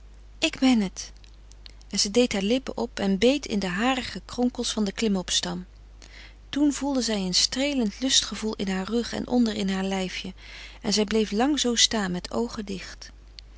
ik ben het en ze deed haar lippen op en beet in de harige kronkels van den klimop stam toen voelde zij een streelend lustgevoel in haar rug en onder in haar lijfje en zij bleef lang zoo staan met oogen dicht